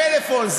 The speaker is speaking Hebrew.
לפלאפון.